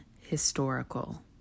historical